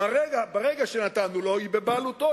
ברגע שנתנו לו, היא בבעלותו.